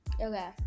Okay